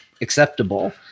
acceptable